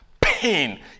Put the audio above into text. pain